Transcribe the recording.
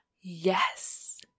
Yes